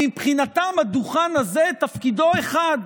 מבחינתם הדוכן הזה, תפקידו אחד: